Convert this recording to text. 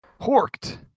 Horked